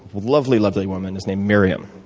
lovely, lovely woman is named miriam.